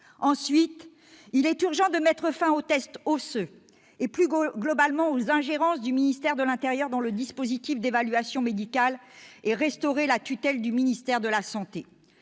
Ensuite, il est urgent de mettre fin aux tests osseux, et plus globalement aux ingérences du ministère de l'intérieur dans le dispositif d'évaluation médicale, et de restaurer la tutelle du ministère chargé de la santé.